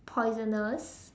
poisonous